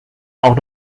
auch